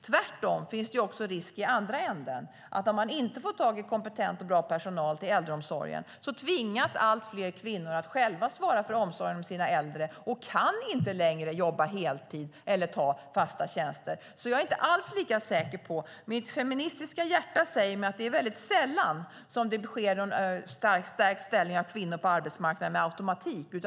Tvärtom finns det en risk i andra änden: Om man inte får tag i kompetent och bra personal till äldreomsorgen tvingas allt fler kvinnor att själva svara för omsorgen om sina äldre och kan då inte längre jobba heltid eller ta fasta tjänster. Jag är inte alls lika säker som ministern. Mitt feministiska hjärta säger mig att det är väldigt sällan kvinnors ställning på arbetsmarknaden stärks per automatik.